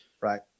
Right